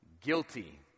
guilty